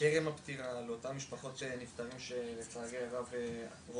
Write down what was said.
אצל משפחות שרואות